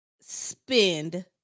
spend